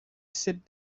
sit